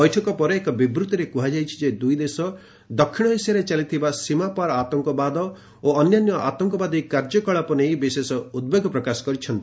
ବୈଠକ ପରେ ଏକ ବିବୃତ୍ତିରେ କୁହାଯାଇଛି ଯେ ଦୁଇ ଦେଶ ଦକ୍ଷିଣ ଏସିଆରେ ଚାଲିଥିବା ସୀମାପାର ଆତଙ୍କବାଦ ଓ ଅନ୍ୟାନ୍ୟ ଆତଙ୍କବାଦୀ କାର୍ଯ୍ୟକଳାପ ନେଇ ବିଶେଷ ଉଦବେଗ ପ୍ରକାଶ କରିଛନ୍ତି